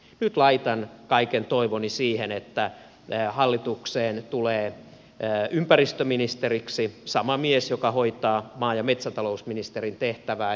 nyt laitan kaiken toivoni siihen että hallitukseen tulee ympäristöministeriksi sama mies joka hoitaa maa ja metsätalousministerin tehtävää